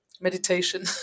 meditation